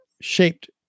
shaped